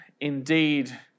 indeed